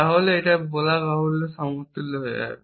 তাহলে এটা বলার সমতুল্য হয়ে যাবে